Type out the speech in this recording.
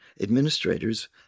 administrators